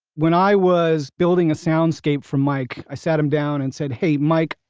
when i was building a soundscape for mike, i sat him down and said, hey, mike.